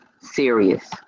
serious